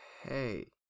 Hey